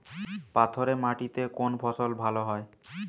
পাথরে মাটিতে কোন ফসল ভালো হয়?